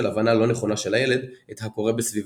הבנה לא נכונה של הילד את הקורה בסביבתו.